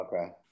okay